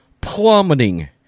plummeting